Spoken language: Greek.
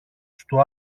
στου